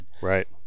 Right